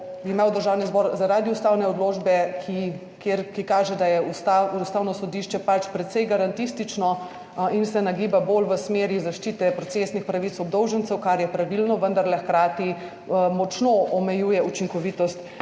imel Državni zbor zaradi ustavne odločbe, ki kaže, da je Ustavno sodišče pač precej garantistično in se nagiba bolj v smeri zaščite procesnih pravic obdolžencev, kar je pravilno, vendarle hkrati močno omejuje učinkovitost